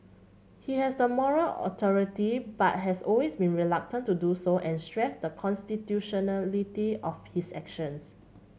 he has the moral authority but has always been reluctant to do so and stressed the constitutionality of his actions